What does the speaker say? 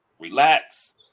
relax